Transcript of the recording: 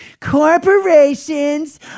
Corporations